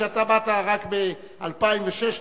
לא, רק זה אמרתי לך, כי אתה באת רק ב-2006 לכנסת,